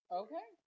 okay